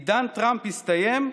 "עידן טראמפ הסתיים,